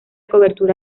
cobertura